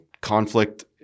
conflict